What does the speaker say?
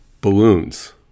balloons